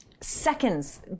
seconds